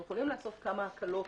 אנחנו יכולים לעשות כמה הקלות